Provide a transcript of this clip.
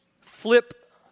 flip